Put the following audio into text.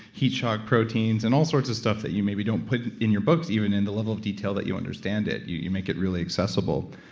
heat shock proteins, and all sorts of stuff that you maybe don't put in your books, even in the level of detail that you understand it. you you make it really accessible.